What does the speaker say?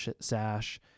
sash